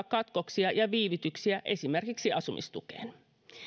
katkoksia ja viivytyksiä esimerkiksi asumistukeen